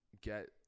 get